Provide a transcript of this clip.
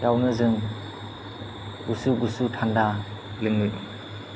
आवनो जों गुसु गुसु थान्दा लोङो